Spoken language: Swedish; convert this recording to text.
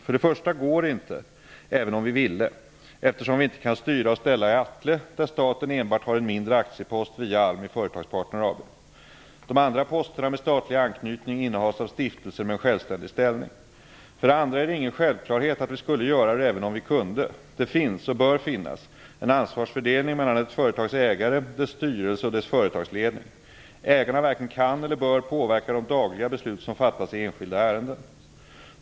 För det första går det inte - även om vi skulle vilja - eftersom vi inte kan styra och ställa i Atle, där staten enbart har en mindre aktiepost via ALMI Företagspartner AB. De andra posterna med statliga anknytning innehas av stiftelser med en självständig ställning. För det andra är det ingen självklarhet att vi skulle göra det även om vi kunde. Det finns, och bör finnas, en ansvarsfördelning mellan ett företags ägare, dess styrelse och dess företagsledning. Ägarna varken kan eller bör påverka de lagliga beslut som fattas i enskilda ärenden.